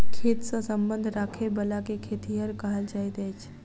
खेत सॅ संबंध राखयबला के खेतिहर कहल जाइत अछि